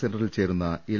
സെന്ററിൽ ചേരുന്ന എൽ